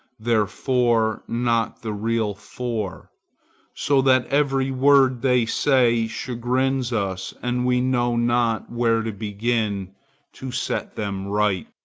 their four not the real four so that every word they say chagrins us and we know not where to begin to set them right.